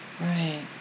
Right